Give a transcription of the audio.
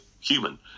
human